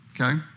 okay